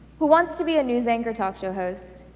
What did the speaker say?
who wants to be a news anchor talk show host,